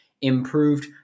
improved